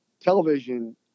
television